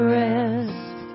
rest